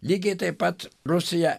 lygiai taip pat rusija